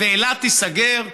אילת תיסגר?